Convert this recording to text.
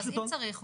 אז אם צריך,